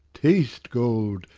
taste gold,